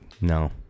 no